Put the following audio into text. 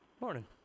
Morning